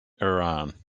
iran